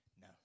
no